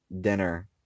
dinner